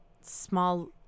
small